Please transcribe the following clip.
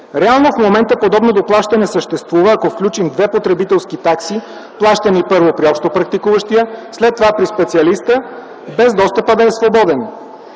Реално в момента подобно доплащане съществува, ако включим две потребителски такси, плащани първо при общопрактикуващия, след това при специалиста, без достъпът да е свободен.